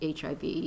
HIV